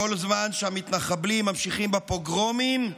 כל זמן שהמתנחבלים ממשיכים בפוגרומים,